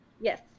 Yes